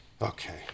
Okay